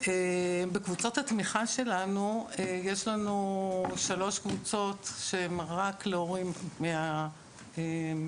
בקבוצות התמיכה שלנו יש שלוש קבוצות שהן רק להורים לטרנסים,